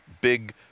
big